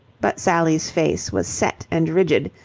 but sally's face was set and rigid.